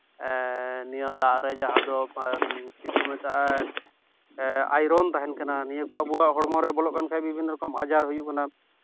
ᱱᱤᱭᱟᱹ ᱫᱟᱜ ᱨᱮ ᱡᱟᱦᱟᱸ ᱫᱚ ᱪᱮᱫ ᱠᱚ ᱢᱮᱛᱟᱜᱼᱟ ᱟᱭᱨᱚᱱ ᱛᱟᱦᱮᱱ ᱠᱟᱱᱟ ᱱᱤᱭᱟᱹ ᱠᱚ ᱟᱵᱚᱣᱟᱜ ᱦᱚᱲᱢᱚ ᱨᱮ ᱵᱚᱞᱚᱜ ᱠᱟᱱ ᱠᱷᱟᱡ ᱵᱤᱵᱷᱤᱱᱱᱚ ᱨᱚᱠᱚᱢ ᱟᱡᱟᱨ ᱦᱩᱭᱩᱜ ᱠᱟᱱᱟ